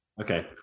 Okay